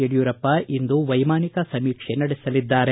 ಯಡಿಯೂರಪ್ಪ ಇಂದು ವೈಮಾನಿಕ ಸಮೀಕ್ಷೆ ಕೈಗೊಳ್ಳಲಿದ್ದಾರೆ